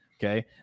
Okay